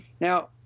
Now